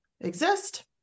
exist